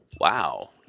wow